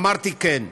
אמרתי: כן.